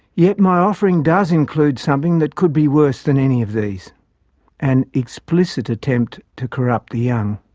yet my offering does include something that could be worse than any of these an explicit attempt to corrupt the young.